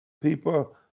people